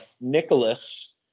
Nicholas